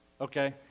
Okay